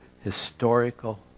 historical